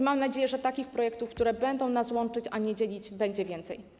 Mam nadzieję, że takich projektów, które będą nas łączyć, a nie dzielić, będzie więcej.